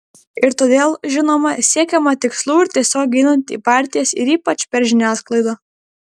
ir todėl žinoma siekiama tikslų ir tiesiogiai einant į partijas ir ypač per žiniasklaidą